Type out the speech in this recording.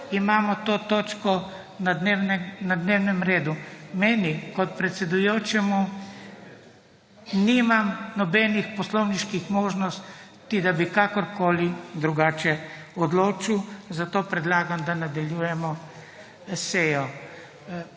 imamo to točko na dnevnem redu. Meni kot predsedujočemu nimam nobenih poslovniških možnosti, da bi kakorkoli drugače odločil, zato predlagam, da nadaljujemo sejo.